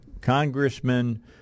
Congressman